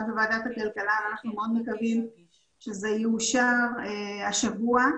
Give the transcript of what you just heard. בוועדת הכלכלה ואנחנו מאוד מקווים שזה יאושר השבוע.